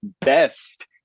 best